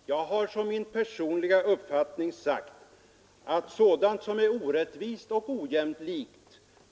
Herr talman! Jag har som min personliga uppfattning sagt att sådant som är orättvist och ojämlikt